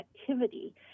activity